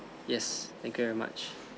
yes thank you very much